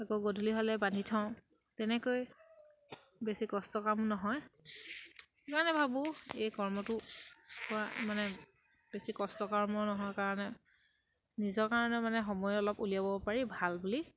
আকৌ গধূলি হ'লে বান্ধি থওঁ তেনেকৈ বেছি কষ্ট কাম নহয় মানে ভাবোঁ এই কৰ্মটো হোৱা মানে বেছি কষ্ট কৰ্মও নহয় কাৰণে নিজৰ কাৰণে মানে সময় অলপ উলিয়াব পাৰি ভাল বুলি